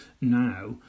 now